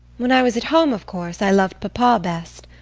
when i was at home, of course i loved papa best.